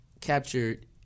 captured